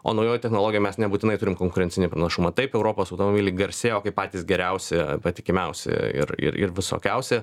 o naujoj technologijoj mes nebūtinai turim konkurencinį pranašumą taip europos automobiliai garsėjo kaip patys geriausi patikimiausi ir ir visokiausi